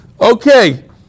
okay